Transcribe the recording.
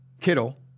Kittle